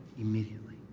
immediately